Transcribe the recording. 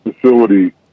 facility